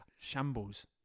Shambles